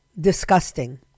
disgusting